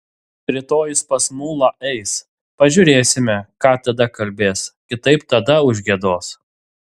rytoj jis pas mulą eis pažiūrėsime ką tada kalbės kitaip tada užgiedos